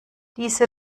diese